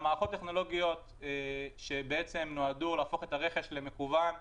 מערכות הטכנולוגיות נועדו להפוך את הרכש למקוון,